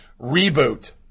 reboot